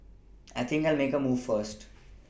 I think I'll make a move first